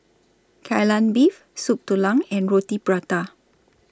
Kai Lan Beef Soup Tulang and Roti Prata